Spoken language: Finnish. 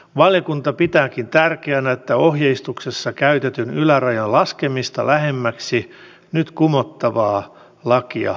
valiokunta pitääkin tärkeänä että ohjeistuksessa käytetyn ylärajan laskemista lähemmäksi nyt kumottavaa lakia harkitaan